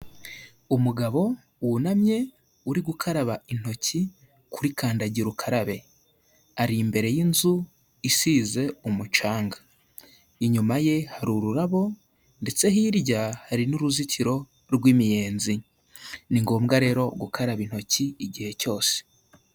Umugabo wunamye uri gukaraba intoki kuri kandagira ukarabe, ari imbere y'inzu isize umucanga, inyuma ye hari ururabo ndetse hirya hari n'uruzitiro rw'imiyenzi. ni ngombwa rero gukaraba intoki igihe cyose.